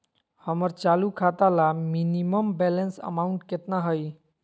हमर चालू खाता ला मिनिमम बैलेंस अमाउंट केतना हइ?